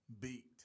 beat